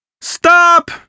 Stop